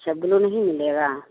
अच्छा ब्ल्यू नहीं मिलेगा